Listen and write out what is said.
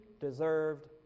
deserved